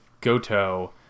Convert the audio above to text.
Goto